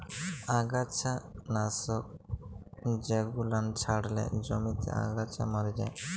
আগাছা লাশক জেগুলান ছড়ালে জমিতে আগাছা ম্যরে যায়